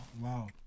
Wow